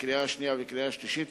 לקריאה שנייה ולקריאה שלישית,